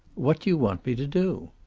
what do you want me to do?